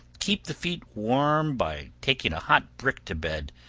keep the feet warm by taking a hot brick to bed,